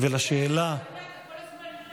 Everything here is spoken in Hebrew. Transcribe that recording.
אתה יודע, אתה כל הזמן בדיסוננס עם עצמך.